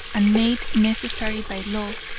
and made necessary by law,